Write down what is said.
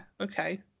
okay